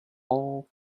all